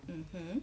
mmhmm